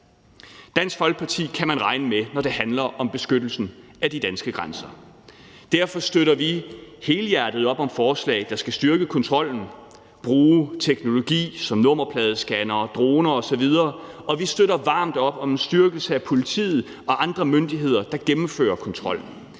Dansk Folkeparti kan man regne med, når det handler om beskyttelsen af de danske grænser. Derfor støtter vi helhjertet op om forslag, der skal styrke kontrollen, at bruge teknologi som nummerpladescannere, droner osv., og vi støtter varmt op om en styrkelse af politiet og andre myndigheder, der gennemfører kontrol.